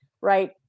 right